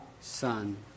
Son